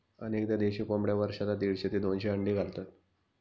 अनेकदा देशी कोंबड्या वर्षाला दीडशे ते दोनशे अंडी घालतात